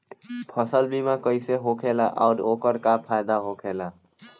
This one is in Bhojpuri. फसल बीमा कइसे होखेला आऊर ओकर का फाइदा होखेला?